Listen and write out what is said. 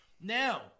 Now